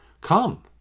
Come